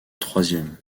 troisième